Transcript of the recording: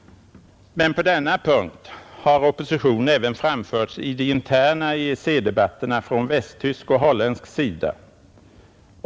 På denna punkt har opposition även framförts i de interna EEC-debatterna från västtysk och holländsk sida.